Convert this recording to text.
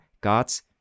god's